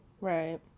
Right